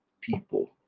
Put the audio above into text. people